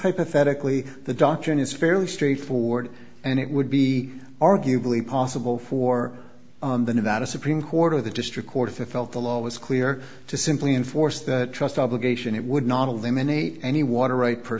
hypothetically the doctrine is fairly straightforward and it would be arguably possible for the nevada supreme court or the district court if it felt the law was clear to simply enforce that trust obligation it would not eliminate any water right per